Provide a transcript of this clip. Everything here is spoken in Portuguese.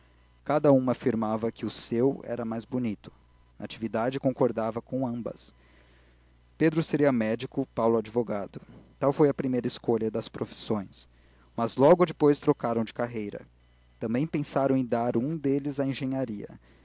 cada uma afirmava que o seu era mais bonito natividade concordava com ambas pedro seria médico paulo advogado tal foi a primeira escolha das profissões mas logo depois trocaram de carreira também pensaram em dar um deles à engenharia